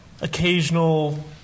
occasional